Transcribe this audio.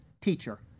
Teacher